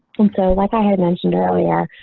and so like i had mentioned earlier.